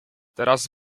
teraz